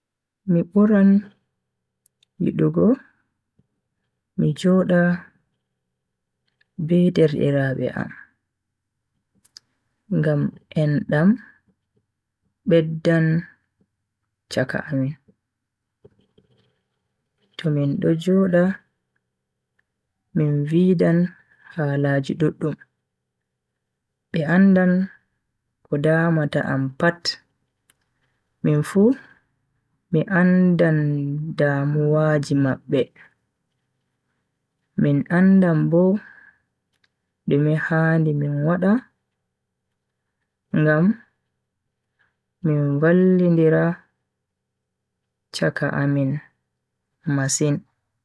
Mi buran yidugo mi joda be derdiraabe am, ngam endam beddan chaka amin. to min do joda min viidan halaji duddum, be andan ko damata am pat, minfu mi andan damuwaji mabbe min andan Bo dume handi min wada ngam min vallindira chaka amin masin.